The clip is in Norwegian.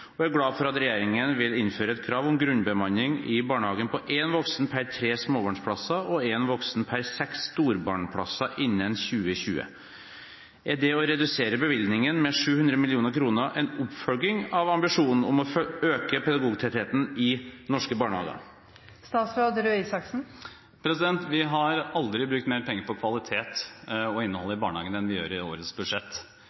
og er glad for at regjeringen vil innføre et krav om grunnbemanning i barnehagen på én voksen per tre småbarnsplasser og én voksen per seks storbarnsplasser innen 2020.» Er det å redusere bevilgningen med 700 mill. kr en oppfølging av ambisjonen om å øke pedagogtettheten i norske barnehager?» Vi har aldri brukt mer penger på kvalitet og